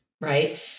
right